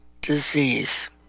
disease